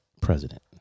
president